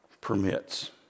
permits